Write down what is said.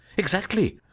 exactly!